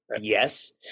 yes